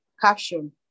Caption